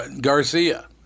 Garcia